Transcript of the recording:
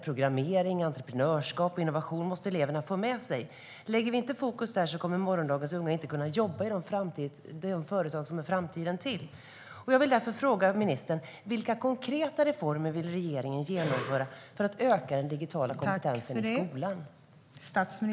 Eleverna måste få med sig programmering, entreprenörskap och innovation. Lägger vi inte fokus där kommer morgondagens unga inte att kunna jobba i de företag som hör framtiden till, och jag vill därför fråga statsministern: Vilka konkreta reformer vill regeringen genomföra för att öka den digitala kompetensen i skolan?